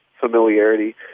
familiarity